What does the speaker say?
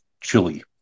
Chili